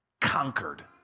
Conquered